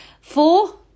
Four